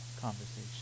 conversation